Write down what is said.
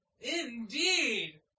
Indeed